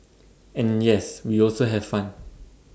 and yes we also have fun